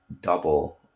double